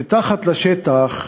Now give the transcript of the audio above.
מתחת לפני השטח,